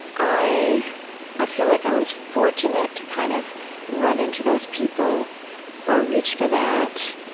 i i feel like i was fortunate to kind of run into those people or reach for that.